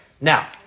now